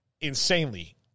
insanely